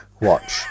watch